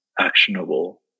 actionable